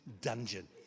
dungeon